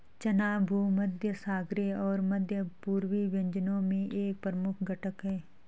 चना भूमध्यसागरीय और मध्य पूर्वी व्यंजनों में एक प्रमुख घटक है